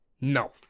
No